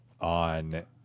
on